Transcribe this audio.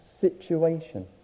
situation